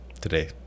Today